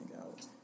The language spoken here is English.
out